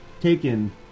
taken